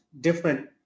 different